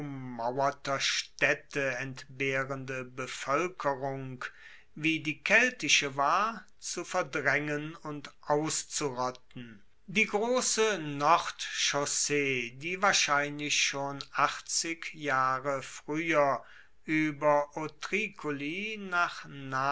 ummauerter staedte entbehrende bevoelkerung wie die keltische war zu verdraengen und auszurotten die grosse nordchaussee die wahrscheinlich schon achtzig jahre frueher ueber otricoli nach